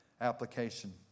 application